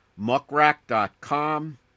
muckrack.com